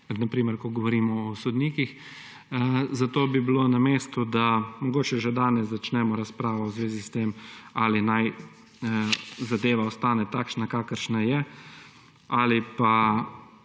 na primer, ko govorimo o sodnikih. Zato bi bilo na mestu, da mogoče že danes začnemo razpravo v zvezi s tem, ali naj zadeva ostane takšna, kakršna je, ali pa